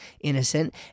innocent